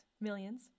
millions